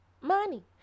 Money